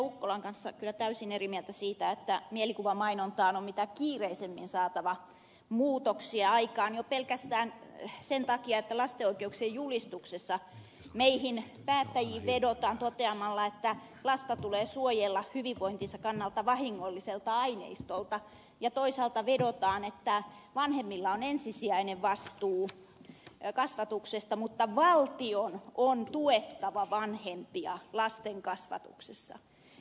ukkolan kanssa kyllä täysin eri mieltä siitä että mielikuvamainontaan on mitä kiireisimmin saatava muutoksia aikaan jo pelkästään sen takia että lapsen oikeuksien sopimuksessa meihin päättäjiin vedotaan toteamalla että lasta tulee suojella hyvinvointinsa kannalta vahingolliselta aineistolta ja toisaalta vedotaan että vanhemmilla on ensisijainen vastuu kasvatuksesta mutta valtion on tuettava vanhempia lasten kasvatuksessa